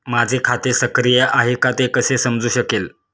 माझे खाते सक्रिय आहे का ते कसे समजू शकेल?